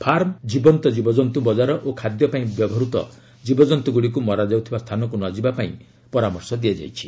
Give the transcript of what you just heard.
farm ଜୀବନ୍ତ କୀବଜନ୍ତୁ ବଜାର ଓ ଖାଦ୍ୟ ପାଇଁ ବ୍ୟବହୃତ ଜୀବଜନ୍ତୁ ଗୁଡ଼ିକୁ ମରାଯାଉଥିବା ସ୍ଥାନକୁ ନ ଯିବା ପାଇଁ ପରାମର୍ଶ ଦିଆଯାଇଛି